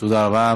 תודה רבה.